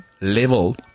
level